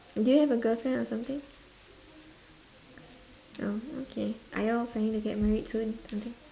do you have a girlfriend or something oh okay are you all planning to get married soon I think